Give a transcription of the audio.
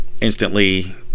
instantly